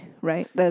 right